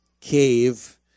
cave